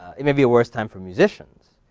ah it may be a worse time for musicians,